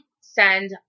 send